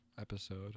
episode